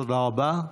תודה רבה.